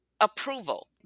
approval